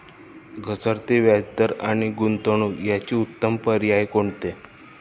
घसरते व्याजदर आणि गुंतवणूक याचे उत्तम पर्याय कोणते?